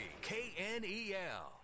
K-N-E-L